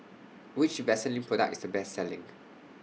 Which Vaselin Product IS The Best Selling